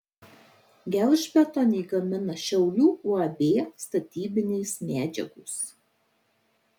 gelžbetonį gamina šiaulių uab statybinės medžiagos